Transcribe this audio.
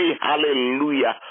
Hallelujah